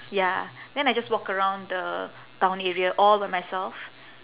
ya then I just walk around the town area all by myself